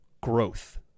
growth